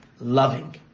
loving